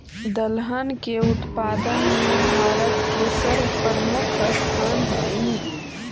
दलहन के उत्पादन में भारत के सर्वप्रमुख स्थान हइ